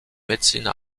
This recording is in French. médecine